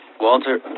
Walter